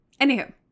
Anywho